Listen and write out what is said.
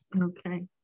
Okay